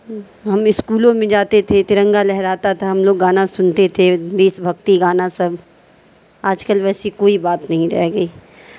ہم اسکولوں میں جاتے تھے ترنگا لہراتا تھا ہم لوگ گانا سنتے تھے دیش بھکتی گانا سب آج کل ویسی کوئی بات نہیں رہ گئی